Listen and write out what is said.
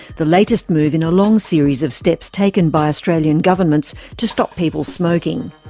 the latest move in a long series of steps taken by australian governments to stop people smoking.